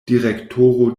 direktoro